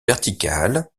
verticales